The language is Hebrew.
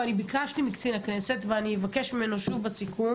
ביקשתי מקצין הכנסת ואני אבקש ממנו שוב בסיכום